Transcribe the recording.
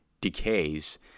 decays